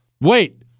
Wait